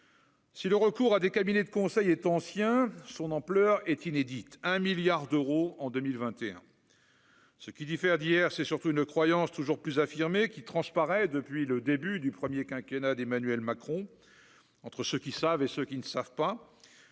Si le recours à des cabinets de conseil est ancien, son ampleur est inédite : un milliard d'euros en 2021 ce qui diffère d'hier, c'est surtout une croyance toujours plus affirmée qui transparaît depuis le début du premier quinquennat d'Emmanuel Macron, entre ceux qui savent et ceux qui ne savent pas